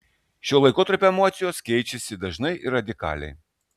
šiuo laikotarpiu emocijos keičiasi dažnai ir radikaliai